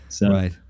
Right